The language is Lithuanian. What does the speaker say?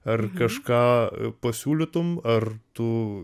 ar kažką pasiūlytum ar tu